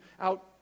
out